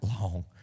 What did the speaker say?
long